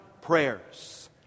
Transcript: prayers